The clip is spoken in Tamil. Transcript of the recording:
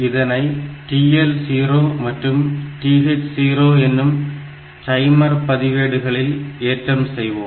இதனை TL0 மற்றும் TH0 என்னும் டைமர் பதிவேடுகளில் ஏற்றம் செய்வோம்